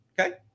Okay